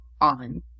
On